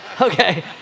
Okay